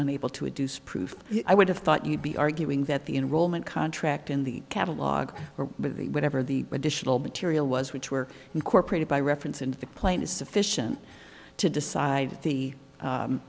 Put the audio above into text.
unable to a deuce proof i would have thought you'd be arguing that the enrollment contract in the catalog or whatever the additional material was which were incorporated by reference into the plane is sufficient to decide the